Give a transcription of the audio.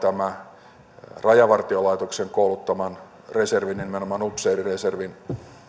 rajavartiolaitoksen kouluttaman reservin nimenomaan upseerireservin